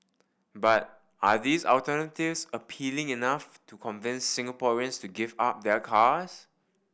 but are these alternatives appealing enough to convince Singaporeans to give up their cars